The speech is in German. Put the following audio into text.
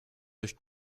euch